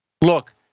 look